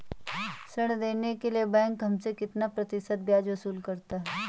ऋण देने के लिए बैंक हमसे कितना प्रतिशत ब्याज वसूल करता है?